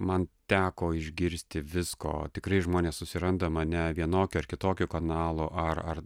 man teko išgirsti visko tikrai žmonės susiranda mane vienokio ar kitokio kanalo ar ar